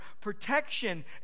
protection